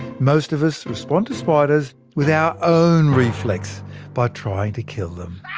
most of us respond to spiders with our own reflex by trying to kill them.